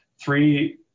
three